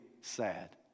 sad